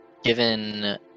Given